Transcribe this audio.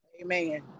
Amen